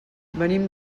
venim